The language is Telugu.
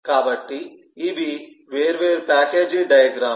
కాబట్టి ఇవి వేర్వేరు ప్యాకేజీ డయాగ్రమ్ లు